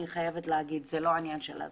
אני חייבת לומר: זו לא הזנחה.